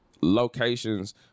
locations